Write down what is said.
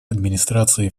администрации